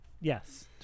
Yes